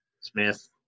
Smith